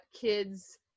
kids